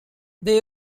they